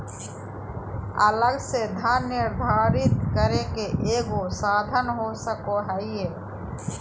अलग से धन निर्धारित करे के एगो साधन हो सको हइ